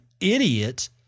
idiot